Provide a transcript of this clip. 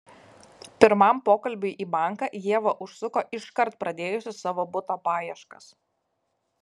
pirmam pokalbiui į banką ieva užsuko iškart pradėjusi savo buto paieškas